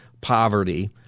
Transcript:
poverty